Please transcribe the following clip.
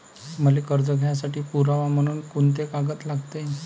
मले कर्ज घ्यासाठी पुरावा म्हनून कुंते कागद लागते?